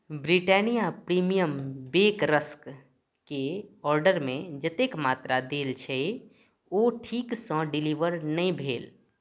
Britannia premium bake रस्कके ऑर्डरमे जतेक मात्रा देल छै ओ ठीकसँ डिलीवर नहि भेल